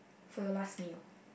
for you last meal